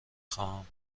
خواهم